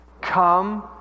come